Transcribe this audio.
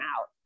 out